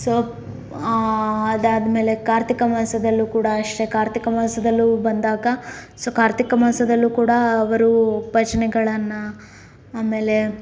so ಅದಾದ ಮೇಲೆ ಕಾರ್ತಿಕ ಮಾಸದಲ್ಲೂ ಕೂಡ ಅಷ್ಟೆ ಕಾರ್ತಿಕ ಮಾಸದಲ್ಲೂ ಬಂದಾಗ ಸೊ ಕಾರ್ತಿಕ ಮಾಸದಲ್ಲೂ ಕೂಡ ಅವರು ಭಜನೆಗಳನ್ನು ಆಮೇಲೆ